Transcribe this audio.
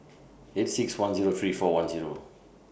eight six one Zero three four one Zero